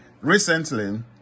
Recently